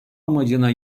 amacına